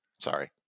Sorry